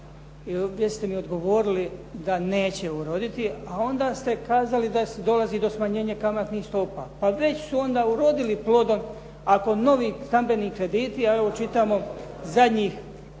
gdje ste mi odgovorili da neće uroditi a onda ste kazali da dolazi do smanjenja kamatnih stopa. Pa već su onda urodili plodom ako novi stambeni krediti, a evo čitamo zadnjih